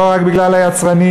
לא רק בגלל היצרנים,